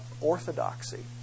orthodoxy